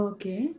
Okay